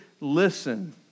listen